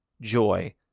joy